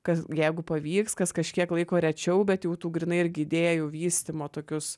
kas jeigu pavyks kas kažkiek laiko rečiau bet jau tų grynai irgi idėjų vystymo tokius